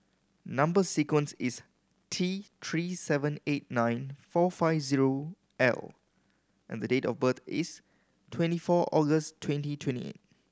number sequence is T Three seven eight nine four five zero L and the date of birth is twenty four August twenty twenty eight